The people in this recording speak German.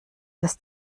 dass